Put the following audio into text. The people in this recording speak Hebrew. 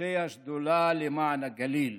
ראשי השדולה למען הגליל,